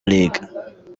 league